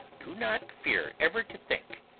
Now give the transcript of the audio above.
do not fear ever to think.